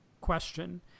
question